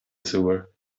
sewer